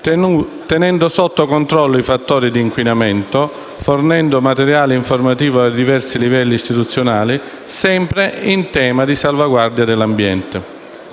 tenendo sotto controllo i fattori di inquinamento e fornendo materiale informativo ai diversi livelli istituzionali sempre in tema di salvaguardia dell'ambiente.